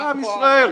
זה עם ישראל.